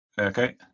Okay